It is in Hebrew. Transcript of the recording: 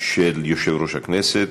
של יושב-ראש הכנסת.